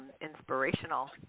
inspirational